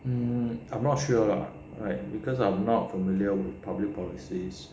mmhmm I'm not sure lah like because I'm not familiar with public policies